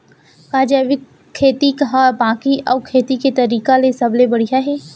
का जैविक खेती हा बाकी अऊ खेती के तरीका ले सबले बढ़िया हे?